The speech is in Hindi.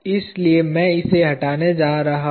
इसलिए मैं इसे हटाने जा रहा हूं